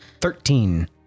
thirteen